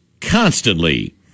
constantly